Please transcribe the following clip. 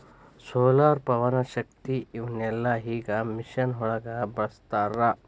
solar, ಪವನಶಕ್ತಿ ಇವನ್ನೆಲ್ಲಾ ಈಗ ಮಿಷನ್ ಒಳಗ ಬಳಸತಾರ